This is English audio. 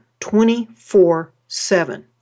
24-7